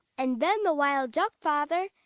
and then the wild duck, father,